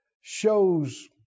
shows